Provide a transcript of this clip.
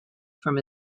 from